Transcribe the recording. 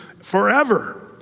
forever